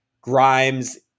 Grimes